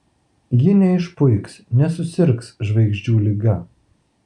ji neišpuiks nesusirgs žvaigždžių liga